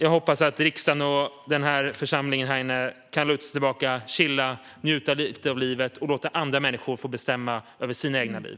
Jag hoppas att riksdagen och församlingen här inne kan luta sig tillbaka, chilla, njuta lite av livet och låta andra människor få bestämma över sina egna liv.